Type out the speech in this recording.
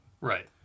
Right